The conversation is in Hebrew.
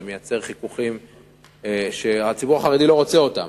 שכן זה מייצר חיכוכים שהציבור החרדי לא רוצה אותם.